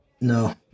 No